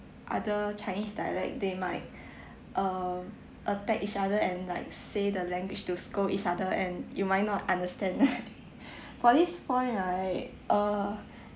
other chinese dialect they might um attack each other and like say the language to scold each other and you might not understand for this point right err